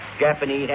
Japanese